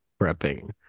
prepping